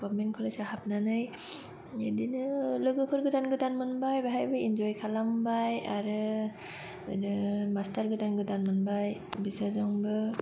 government कलेजआव हाबनानै बिदिनो लोगोफोर गोदान गोदान मोनबाय बेहायबो इनजय खालामबाय आरो बिदिनो मास्टार गोदान गोदान मोनबाय बिसोरजोंबो